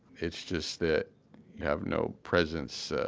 it's just that you have no presence,